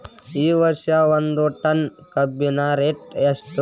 ಈ ವರ್ಷ ಒಂದ್ ಟನ್ ಕಬ್ಬಿನ ರೇಟ್ ಎಷ್ಟು?